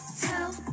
tell